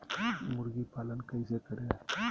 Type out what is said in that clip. मुर्गी पालन कैसे करें?